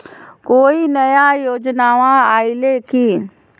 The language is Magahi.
कोइ नया योजनामा आइले की?